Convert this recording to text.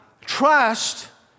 Trust